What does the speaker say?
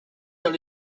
dans